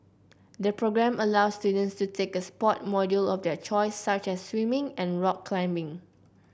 the programme allows students to take a sport module of their choice such as swimming and rock climbing